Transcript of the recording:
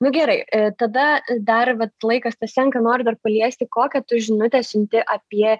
nu gerai tada dar vat laikas tas senka nori dar paliesti kokią žinutę siunti apie